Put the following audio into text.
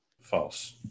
False